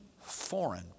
foreign